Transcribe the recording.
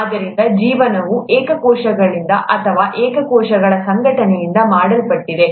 ಆದ್ದರಿಂದ ಜೀವನವು ಏಕ ಕೋಶಗಳಿಂದ ಅಥವಾ ಏಕ ಕೋಶಗಳ ಸಂಘಟನೆಯಿಂದ ಮಾಡಲ್ಪಟ್ಟಿದೆ